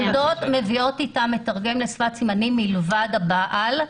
יולדות מביאות איתן מתרגם לשפת סימנים מלבד הבעל.